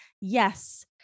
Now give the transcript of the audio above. Yes